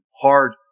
hard